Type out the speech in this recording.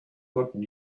gotten